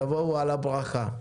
תבוא עליכם הברכה.